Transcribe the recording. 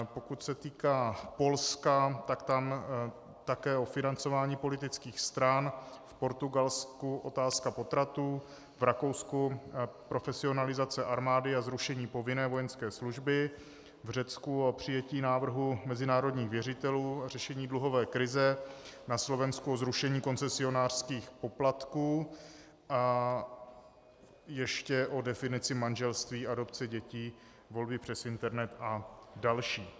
Pokud se týká Polska, tak tam také o financování politických stran, v Portugalsku otázka potratů, v Rakousku profesionalizace armády a zrušení povinné vojenské služby, v Řecku o přijetí návrhu mezinárodních věřitelů a řešení dluhové krize, na Slovensku o zrušení koncesionářských poplatků a ještě o definici manželství, adopci dětí, volbách přes internet a další.